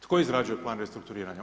Tko izrađuje plan restrukturiranja?